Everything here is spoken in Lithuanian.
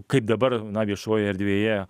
kaip dabar na viešojoje erdvėje